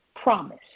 Promise